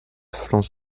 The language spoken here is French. flanc